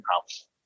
house